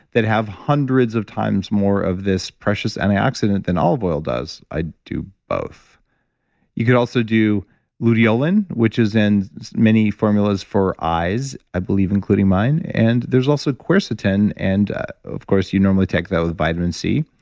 that have hundreds of times more of this precious antioxidant than olive oil does. i'd do both you could also do luteolin, which is in many formulas for eyes, i believe, including mine. and there's also quercetin, and of course, you normally take that with vitamin c.